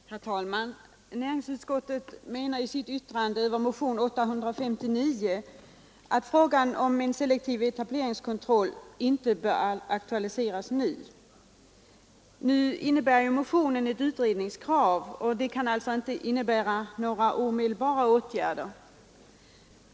Herr talman! Näringsutskottet menar i sitt yttrande över motionen 859 att frågan om selektiv etableringskontroll inte bör aktualiseras nu. Motionen innehåller emellertid ett utredningskrav och inga förslag om omedelbara åtgärder.